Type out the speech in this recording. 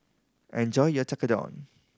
enjoy your Tekkadon